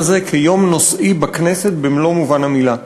הזה כיום נושאי בכנסת במלוא מובן המילה,